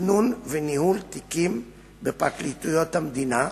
תכנון וניהול תיקים בפרקליטויות המדינה,